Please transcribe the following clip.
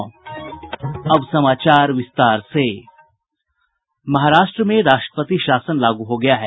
महाराष्ट्र में राष्ट्रपति शासन लागू हो गया है